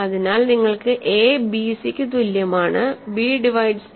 അതിനാൽ നിങ്ങൾക്ക് a bc ക്ക് തുല്യമാണ്b ഡിവൈഡ്സ് a